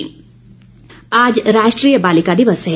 बालिका दिवस आज राष्ट्रीय बालिका दिवस है